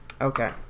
okay